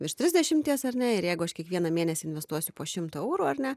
virš trisdešimties ar ne ir jeigu aš kiekvieną mėnesį investuosiu po šimtą eurų ar ne